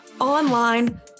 online